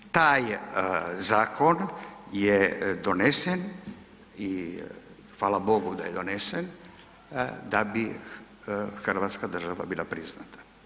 Taj zakon je donesen i fala bogu da je donesen da bi hrvatska država bila priznata.